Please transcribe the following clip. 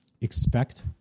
expect